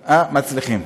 מצליחים,